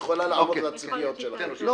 היא יכולה לעבוד לציפיות שלכם.